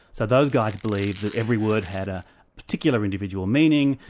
so those guys believe that every word had a particular individual meaning,